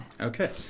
Okay